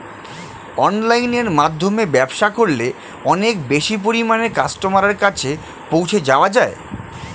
অনলাইনের মাধ্যমে ব্যবসা করলে অনেক বেশি পরিমাণে কাস্টমারের কাছে পৌঁছে যাওয়া যায়?